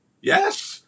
Yes